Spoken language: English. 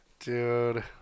Dude